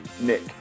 Nick